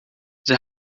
zij